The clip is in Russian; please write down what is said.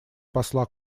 посла